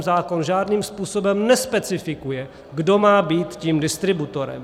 Zákon žádným způsobem nespecifikuje, kdo má být tím distributorem.